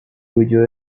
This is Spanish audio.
huyó